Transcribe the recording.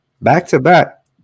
back-to-back